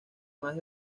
más